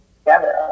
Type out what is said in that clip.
together